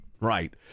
right